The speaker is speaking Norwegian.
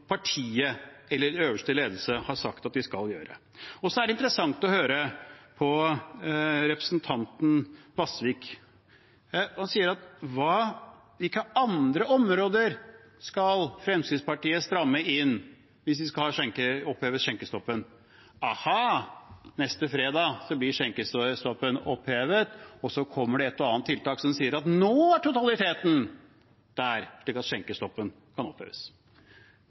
partiet eller den øverste ledelsen har sagt at de skal gjøre? Så er det interessant å høre på representanten Vasvik. Han spør: Hvilke andre områder skal Fremskrittspartiet stramme inn på hvis man skal oppheve skjenkestoppen? Aha, neste fredag blir skjenkestoppen opphevet, og så kommer det et og annet tiltak som sier at nå er totaliteten der slik at skjenkestoppen kan